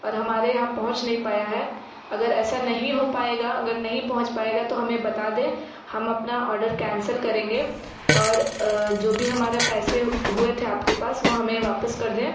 और हमारे यहाँ पहुंच नहीं पाया है अगर ऐसा नहीं हो पाएगा अगर नहीं पोहुंच पाएगा तो हमें बता दें हम अपना ऑर्डर कैंसल करेंगे और जो भी हमारा पैसे हुए थे आप के पास वो हमें वापस कर दें